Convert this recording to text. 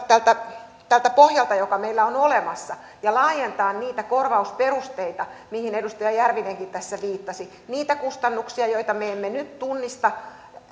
tältä tältä pohjalta joka meillä on olemassa ja laajentaa niitä korvausperusteita mihin edustaja järvinenkin tässä viittasi niitä kustannuksia joita me emme nyt tunnista